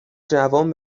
جوان